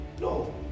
no